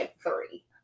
three